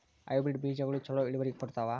Hybrid ಬೇಜಗೊಳು ಛಲೋ ಇಳುವರಿ ಕೊಡ್ತಾವ?